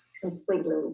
completely